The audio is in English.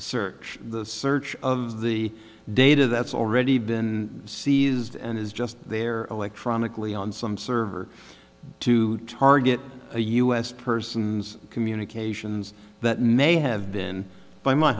search the search of the data that's already been seized and is just there electronically on some server to target a u s person's communications that may have been by my